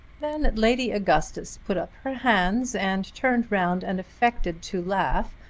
then lady augustus put up her hands, and turned round, and affected to laugh,